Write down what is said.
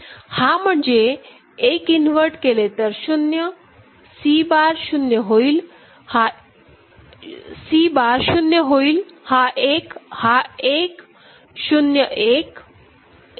हा म्हणजे 1 इन्वर्ट केले तर शून्यC बार शून्य होईल हा 1 हा1 0 1 1 0 आणि हा 0